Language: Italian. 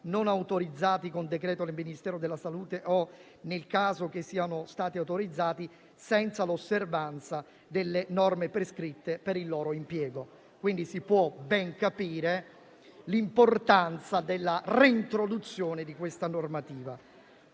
non autorizzati con decreto del Ministero della salute o, nel caso siano stati autorizzati, senza l'osservanza delle norme prescritte per il loro impiego. Quindi, si può ben capire l'importanza della reintroduzione di questa normativa.